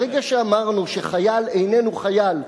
ברגע שאמרנו שחייל איננו חייל,